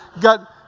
got